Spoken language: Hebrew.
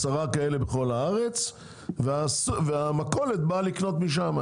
עשרה כאלה בכל הארץ והמכולת באה לקנות משם,